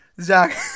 Zach